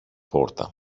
πόρτα